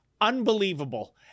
Unbelievable